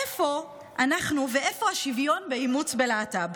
איפה אנחנו ואיפה השוויון באימוץ בלהט"ב?